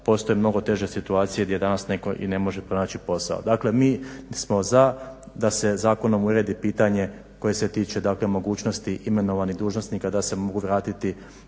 postoje mnogo teže situacije gdje danas netko i ne može pronaći posao. Dakle mi smo za da se zakonom uredi pitanje koje se tiče dakle mogućnosti imenovanih dužnosnika da se mogu vratiti